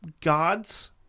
gods